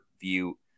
view